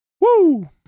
Woo